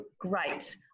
great